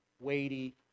weighty